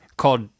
called